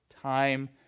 time